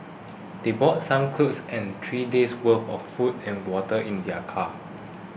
they brought some clothes and three days' worth of food and water in their car